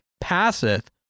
passeth